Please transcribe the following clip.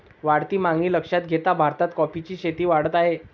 वाढती मागणी लक्षात घेता भारतात कॉफीची शेती वाढत आहे